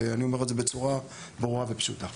ואני אומר את זה בצורה ברורה ופשוטה.